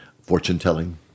fortune-telling